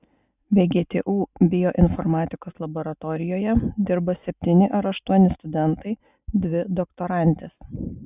vgtu bioinformatikos laboratorijoje dirba septyni ar aštuoni studentai dvi doktorantės